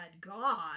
God